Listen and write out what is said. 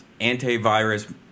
antivirus –